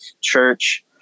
church